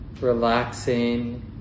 relaxing